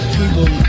people